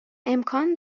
امکان